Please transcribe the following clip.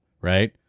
right